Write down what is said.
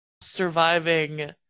surviving